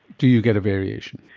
do you get a variation?